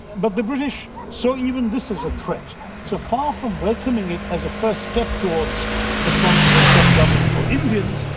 but the british saw even this as a threat. so far from welcoming it as a first step towards responsible self-government for indians,